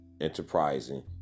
Enterprising